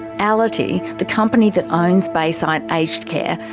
allity, the company that owns bayside aged care,